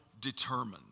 determined